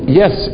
yes